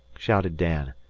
shouted dan.